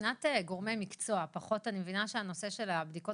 מבחינת גורמי מקצוע אני מבינה שהנושא של הבדיקות